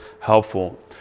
helpful